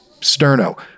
sterno